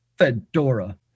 Fedora